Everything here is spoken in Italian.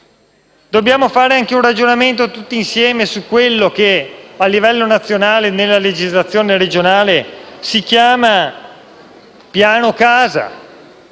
Dobbiamo fare anche un ragionamento tutti insieme su quello che a livello nazionale, nella legislazione regionale, si chiama Piano casa;